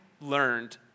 learned